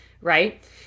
right